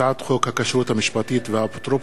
הצעת חוק הרשויות המקומיות (דירות מקלט),